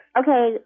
okay